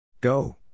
Go